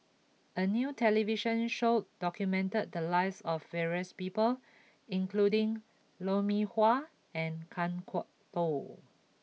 a new television show documented the lives of various people including Lou Mee Wah and Kan Kwok Toh